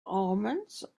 omens